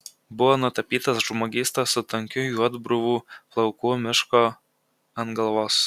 buvo nutapytas žmogysta su tankiu juodbruvų plaukų mišku ant galvos